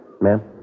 Ma'am